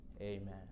amen